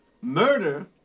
murder